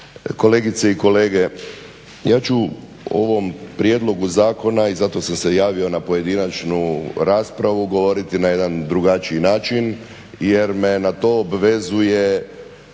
kolegice i kolege. Ja ću o ovom prijedlogu zakona, i zato sam se javio na pojedinačnu raspravu, govoriti na jedan drugačiji način jer me na to obvezuje